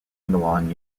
mellon